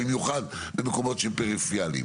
במיוחד במקומות שהם פריפריאליים.